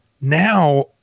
Now